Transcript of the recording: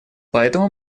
поэтому